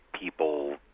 people